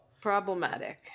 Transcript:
Problematic